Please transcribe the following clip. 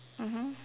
mmhmm